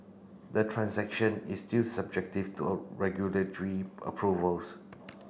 the transaction is still subjective to regulatory approvals